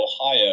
ohio